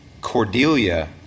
Cordelia